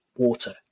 water